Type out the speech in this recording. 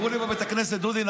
אמרו לי בבית הכנסת: דודי,